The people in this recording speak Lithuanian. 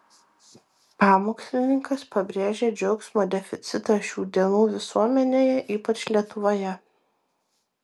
pamokslininkas pabrėžė džiaugsmo deficitą šių dienų visuomenėje ypač lietuvoje